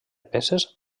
peces